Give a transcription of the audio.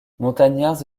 montagnards